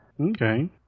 Okay